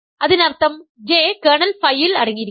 അതിനർത്ഥം J kernel phi യിൽ അടങ്ങിയിരിക്കുന്നു